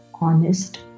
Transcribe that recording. honest